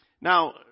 Now